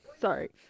Sorry